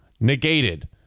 negated